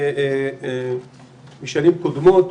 שיטפונות,